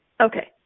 Okay